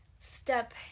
step